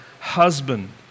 husband